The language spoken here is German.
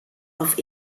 auf